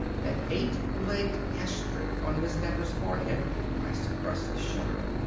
that eight legged asterisk on miss nefer's forehead i suppressed a shudder.